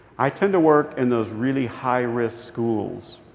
i tend to work in those really high-risk schools.